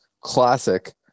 classic